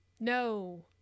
no